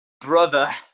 brother